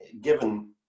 given